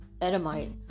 Edomite